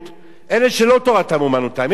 אלה שלא תורתם אומנותם, יש כאלה,